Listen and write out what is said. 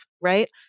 right